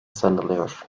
sanılıyor